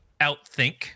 outthink